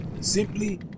simply